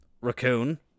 raccoon